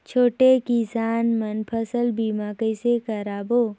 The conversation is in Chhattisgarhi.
छोटे किसान मन फसल बीमा कइसे कराबो?